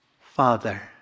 Father